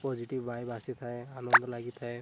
positive vibe ଆସିଥାଏ ଆନନ୍ଦ ଲାଗିଥାଏ